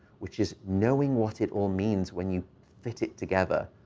which is knowing what it all means when you fit it together,